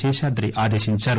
శేషాద్రి ఆదేశించారు